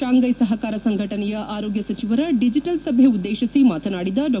ಶಾಂಗ್ಲೆ ಸಹಕಾರ ಸಂಘಟನೆಯ ಆರೋಗ್ಲ ಸಚಿವರ ಡಿಜಿಟಲ್ ಸಭೆ ಉದ್ದೇಶಿಸಿ ನಿನ್ನೆ ಮಾತನಾಡಿದ ಡಾ